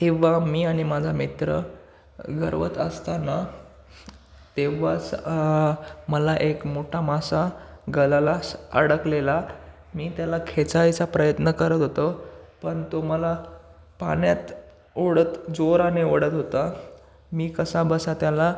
तेव्हा मी आणि माझा मित्र गरवत असताना तेव्हा स मला एक मोठा मासा गळाला अडकलेला मी त्याला खेचायचा प्रयत्न करत होतो पण तो मला पाण्यात ओढत जोराने ओढत होता मी कसा बसा त्याला